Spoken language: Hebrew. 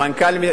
מנכ"ל,